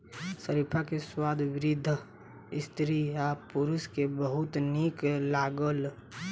शरीफा के स्वाद वृद्ध स्त्री आ पुरुष के बहुत नीक लागल